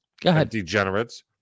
degenerates